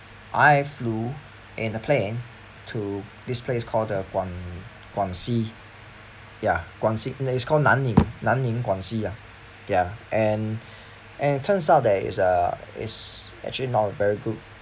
I flew in a plane to this place called uh guang guangxi ya guangxi it's called nanning nanning guangxi ah ya and and it turns out that it's uh it's actually not very good